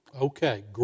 Okay